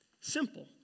simple